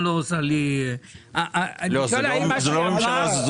זו לא הממשלה הזו,